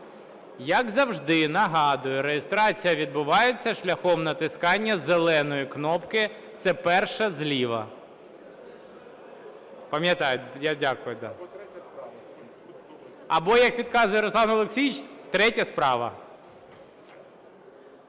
Як завжди нагадую: реєстрація відбувається шляхом натискання зеленої кнопки. Це перша зліва. Пам'ятаєте. Я дякую. Або, як підказує Руслан Олексійович, третя справа.